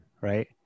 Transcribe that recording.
right